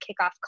kickoff